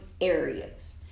areas